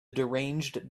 deranged